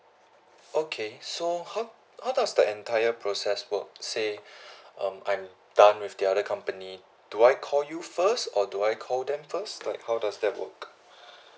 okay so how how does the entire process will say um I'm done with the other company do I call you first or do I call them first like how does that work